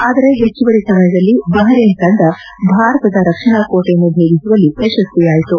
ಆದರೆ ಹೆಚ್ಚುವರಿ ಸಮಯದಲ್ಲಿ ಬಹರೇನ್ ತಂಡ ಭಾರತದ ರಕ್ಷಣಾ ಕೋಟೆಯನ್ನು ಭೇದಿಸುವಲ್ಲಿ ಯಶಸ್ವಿಯಾಯಿತು